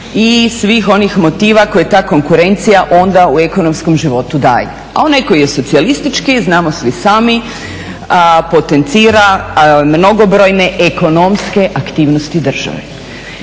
i svih onih motiva koje ta konkurencija onda u ekonomskom životu daje. A onaj koji je socijalistički znamo svi sami, potencira mnogobrojne ekonomske aktivnosti države.